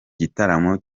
gitaramo